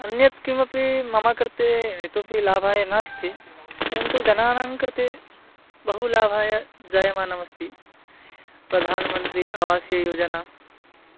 अन्यत् किमपि मम कृते इतोपि लाभाय नास्ति परन्तु जनानां कृते बहु लाभाय जायमानमस्ति प्रधानमन्त्रि आवासयोजना